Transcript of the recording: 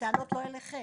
הטענות לא אליכם.